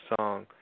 song